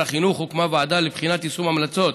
החינוך הוקמה ועדה לבחינת יישום ההמלצות